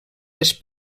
les